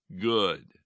good